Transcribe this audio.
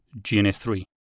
GNS3